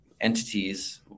entities